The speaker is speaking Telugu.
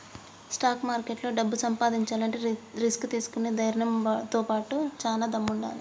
స్టాక్ మార్కెట్లో డబ్బు సంపాదించాలంటే రిస్క్ తీసుకునే ధైర్నంతో బాటుగా చానా దమ్ముండాలే